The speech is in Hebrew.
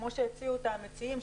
כמו שהציעו אותה המציעים,